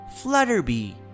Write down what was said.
Flutterby